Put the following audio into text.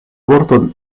vorton